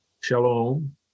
shalom